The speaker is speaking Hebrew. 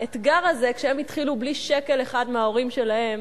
האתגר הזה, והם התחילו בלי שקל אחד מההורים שלהם,